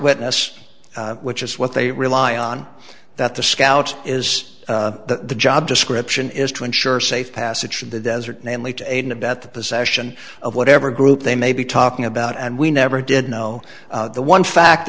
witness which is what they rely on that the scout is the job description is to ensure safe passage in the desert namely to aid and abet the possession of whatever group they may be talking about and we never did know the one fact